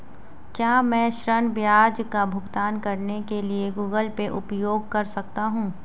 क्या मैं ऋण ब्याज का भुगतान करने के लिए गूगल पे उपयोग कर सकता हूं?